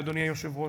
אדוני היושב-ראש,